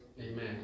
Amen